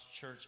church